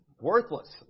worthless